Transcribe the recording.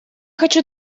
хочу